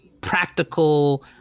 practical